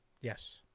Yes